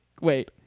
wait